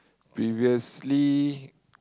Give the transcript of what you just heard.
previously